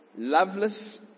Loveless